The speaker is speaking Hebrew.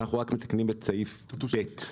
מתקנים את סעיף ב'.